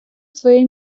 своє